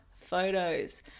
photos